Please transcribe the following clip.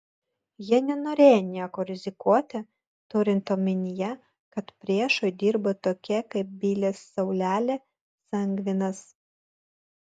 jie nenorėjo niekuo rizikuoti turint omenyje kad priešui dirbo tokie kaip bilis saulelė sangvinas